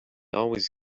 always